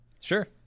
Sure